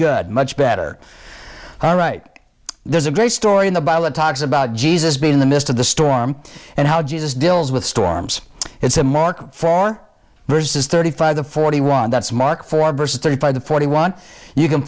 good much better all right there's a great story in the ballad talks about jesus being in the midst of the storm and how jesus deals with storms it's a mark for verses thirty five forty one that's marked for verses thirty five to forty one you can